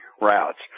routes